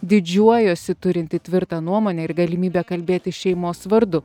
didžiuojuosi turinti tvirtą nuomonę ir galimybę kalbėti šeimos vardu